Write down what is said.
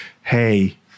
hey